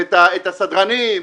את הסדרנים,